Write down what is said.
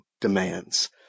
demands